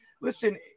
Listen